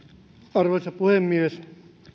arvoisa puhemies